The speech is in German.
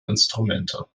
instrumente